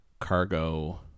cargo